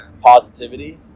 positivity